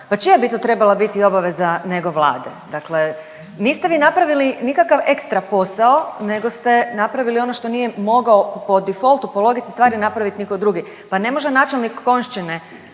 Pa čija bi to trebala biti obaveza nego Vlade? Dakle niste vi napravili nikakav ekstra posao nego ste napravili ono što nije mogao po defaultu, po logici stvari nitko drugi. Pa ne može načelnik Konjščine